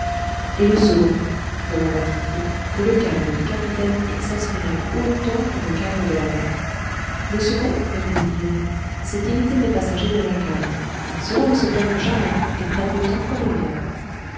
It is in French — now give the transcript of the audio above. et le second demanda kin fo que le calme du capitaine exaspérait autant que le calme de la mer le second répondit yin c'est d'imiter mes passagers de la cale ceux-là ne se plaignent jamais et prennent le temps comme il vient